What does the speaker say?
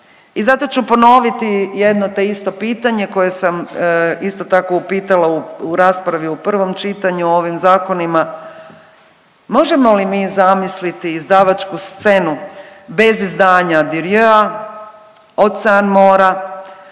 I zato ću ponoviti jedno te isto pitanje koje sam isto tako upitala u raspravi u prvom čitanju o ovim zakonima, možemo li mi zamisliti izdavačku scenu bez izdanja …/Govornik